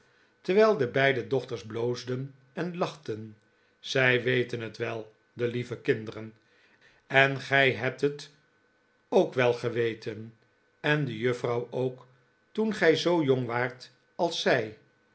terwijl de beide dochters bloosden en lachten zij we ten het wel de lieve kinderen en gij hebt het ook wel geweten en de juffrouw ook to en gij zoo jong waart als zij